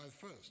first